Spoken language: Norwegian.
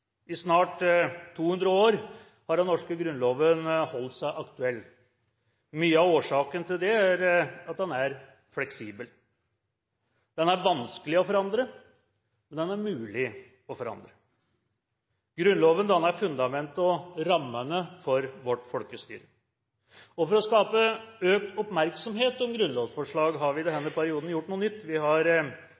I snart 200 år har den norske grunnloven holdt seg aktuell. Mye av årsaken til det er at den er fleksibel. Den er vanskelig å forandre, men den er mulig å forandre. Grunnloven danner fundamentet og rammene for vårt folkestyre. For å skape økt oppmerksomhet om grunnlovsforslag har vi i denne perioden gjort noe nytt. Vi har